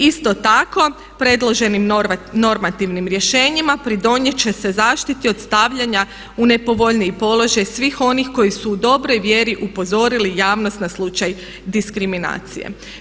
Isto tako predloženim normativnim rješenjima pridonijet će se zaštiti od stavljanja u nepovoljniji položaj svih onih koji su u dobroj vjeri upozorili javnost na slučaj diskriminacije.